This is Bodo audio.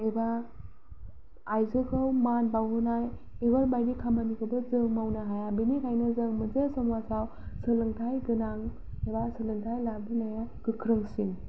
एबा आइजोखौ मान बावनाय बेफोरबायदि खामानिखौथ' जों मावनो हाया बेनिखायनो जों मोनसे समाजाव सोलोंथाय गोनां एबा सोलोंथाय लाबोनाया गोख्रोंसिन